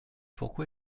pourquoi